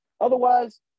Otherwise